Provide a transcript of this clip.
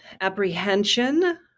apprehension